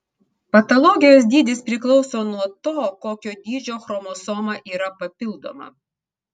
patologijos dydis priklauso nuo to kokio dydžio chromosoma yra papildoma